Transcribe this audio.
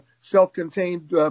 self-contained